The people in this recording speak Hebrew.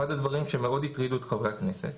אחד הדברים שהטרידו מאוד את חברי הכנסת